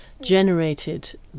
generated